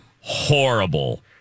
horrible